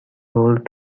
hold